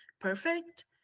perfect